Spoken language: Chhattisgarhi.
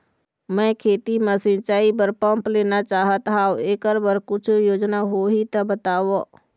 मैं खेती म सिचाई बर पंप लेना चाहत हाव, एकर बर कुछू योजना होही त बताव?